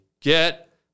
Get